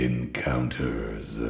Encounters